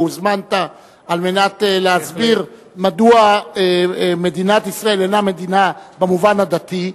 שהוזמנת להסביר מדוע מדינת ישראל אינה מדינה במובן הדתי,